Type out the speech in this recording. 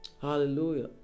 Hallelujah